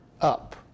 up